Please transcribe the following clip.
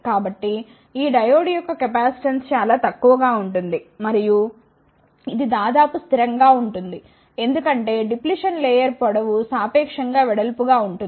కాబట్టి ఈ డయోడ్ యొక్క కెపాసిటెన్స్ చాలా తక్కువగా ఉంటుంది మరియు ఇది దాదాపు స్థిరం గా ఉంటుంది ఎందుకంటే డిప్లిషన్ లేయర్ పొడవు సాపేక్షం గా వెడల్పుగా ఉంటుంది